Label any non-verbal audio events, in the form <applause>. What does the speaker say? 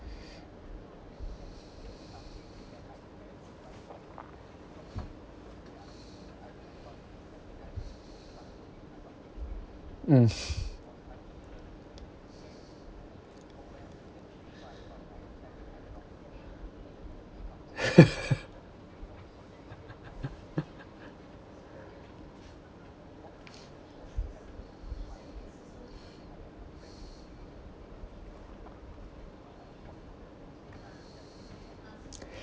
mm <laughs>